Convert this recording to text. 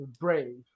brave